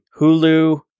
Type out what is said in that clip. Hulu